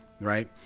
right